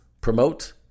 promote